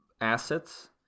assets